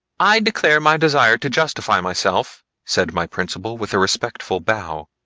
i declared my desire to justify myself, said my principal with a respectful bow.